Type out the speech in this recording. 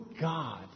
God